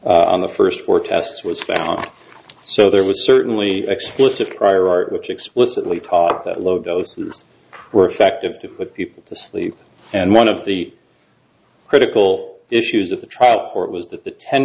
y on the first four tests was found so there was certainly explicit prior art which explicitly taught that low doses were effective to put people to sleep and one of the critical issues of the trial court was that the ten